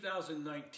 2019